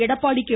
Edappadi K